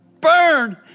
Burn